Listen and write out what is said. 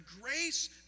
grace